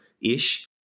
ish